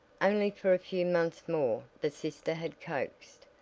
only for a few months more, the sister had coaxed,